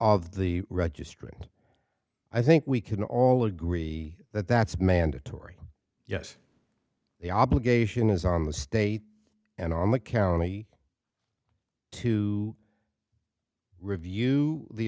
of the registry i think we can all agree that that's mandatory yes the obligation is on the state and on the county to review the